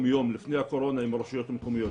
יום לפני הקורונה עם הרשויות המקומיות,